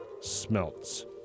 Smelts